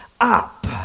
up